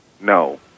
no